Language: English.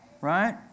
Right